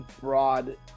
broad